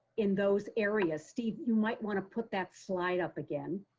in those areas. steve, you might want to put that slide up again.